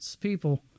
people